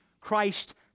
Christ